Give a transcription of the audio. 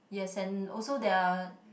yes and also there are